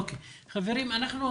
חברים, אנחנו